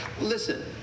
Listen